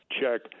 check